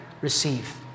receive